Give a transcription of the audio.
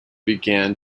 began